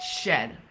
shed